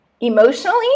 emotionally